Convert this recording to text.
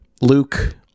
Luke